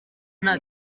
nta